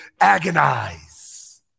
agonize